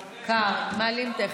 קר, מעלים תכף.